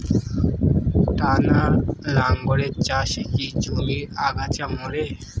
টানা লাঙ্গলের চাষে কি জমির আগাছা মরে?